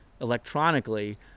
electronically